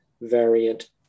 variant